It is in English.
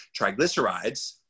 triglycerides